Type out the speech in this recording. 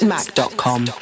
Mac.com